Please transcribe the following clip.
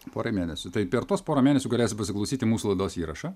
pora mėnesių tai per tuos porą mėnesių galės pasiklausyti mūsų laidos įrašą